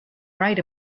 right